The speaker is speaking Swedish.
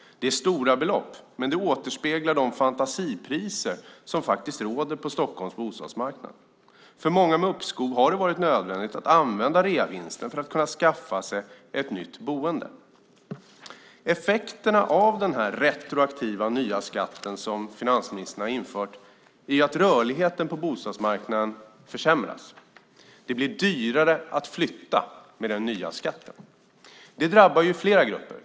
Det är stora belopp, men de återspeglar de fantasipriser som råder på Stockholms bostadsmarknad. För många med uppskov har det varit nödvändigt att använda reavinsten för att kunna skaffa ett nytt boende. Effekten av denna nya retroaktiva skatt som finansministern har infört är att rörligheten på bostadsmarknaden försämras. Det blir dyrare att flytta med den nya skatten. Det drabbar flera grupper.